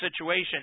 situation